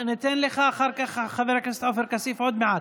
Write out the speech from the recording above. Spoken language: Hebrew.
ניתן לך אחר כך, חבר הכנסת עופר כסיף עוד מעט,